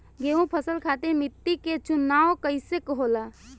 गेंहू फसल खातिर मिट्टी के चुनाव कईसे होला?